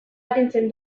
arintzen